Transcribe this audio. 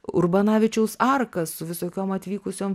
urbanavičiaus arka su visokiom atvykusiom